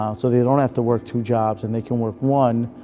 um so they don't have to work two jobs, and they can work one,